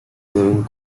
deben